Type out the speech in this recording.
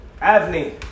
Avni